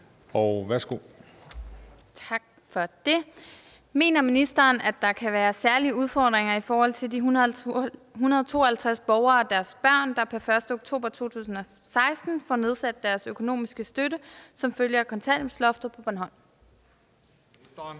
Wermelin (S): Tak for det. Mener ministeren, at der kan være særlige udfordringer i forhold til de 152 borgere og deres børn, der pr. 1. oktober 2016 får nedsat deres økonomiske støtte som følge af kontanthjælpsloftet på Bornholm? Kl.